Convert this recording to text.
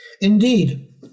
Indeed